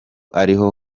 ariho